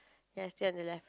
yes still on the left